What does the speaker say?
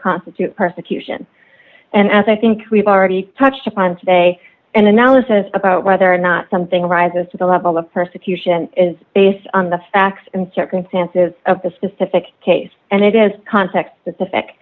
constitute persecution and as i think we've already touched upon today an analysis about whether or not something rises to the level of persecution is based on the facts and circumstances of the specific case and it is context